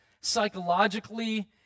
psychologically